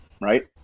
right